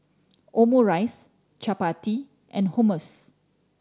Omurice Chapati and Hummus